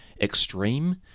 extreme